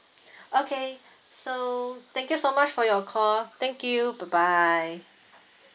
okay so thank you so much for your call thank you bye bye